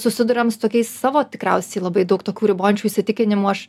susiduriam su tokiais savo tikriausiai labai daug tokių ribojančių įsitikinimų aš